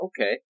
Okay